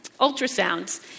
ultrasounds